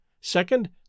Second